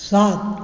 सात